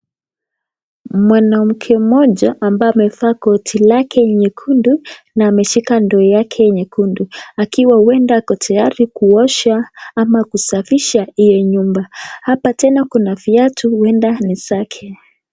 Mwanamke mmoja ambaye amevaa koti lake nyekundu na ameshika ndoo yake nyekundu akiwa huenda ako tayari kuosha ama kusafisha hiyo nyumba, hapa tena kuna viatu huenda ni zake.